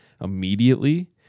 immediately